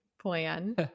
plan